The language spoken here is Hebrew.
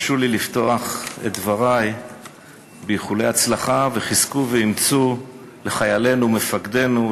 הרשו לי לפתוח את דברי באיחולי הצלחה וחזקו ואמצו לחיילינו ולמפקדינו,